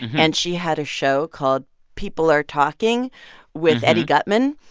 and she had a show called people are talking with eddie guttman.